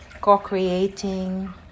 co-creating